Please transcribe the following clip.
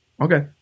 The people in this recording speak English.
Okay